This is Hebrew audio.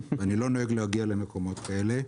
אני לא נוהג להגיע למקומות כאלו,